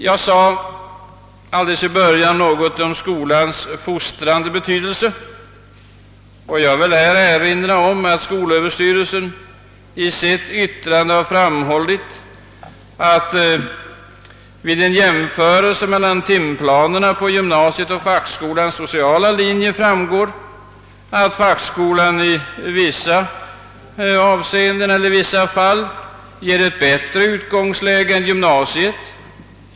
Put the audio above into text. Jag sade i början av mitt anförande något om skolans fostrande betydelse, och jag vill erinra om att skolöverstyrelsen i sitt yttrande har framhållit att av en jämförelse mellan timplanerna för gymnasiet och fackskolans sociala linje framgår att fackskolan i vissa fall ger ett bättre utgångsläge än gymnasiet.